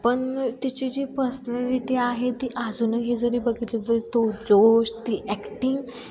पण तिची जी पर्सनॅलिटी आहे ती अजूनही जरी बघितलं जरी तो जोश ती ॲक्टिंग